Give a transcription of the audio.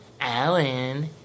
Alan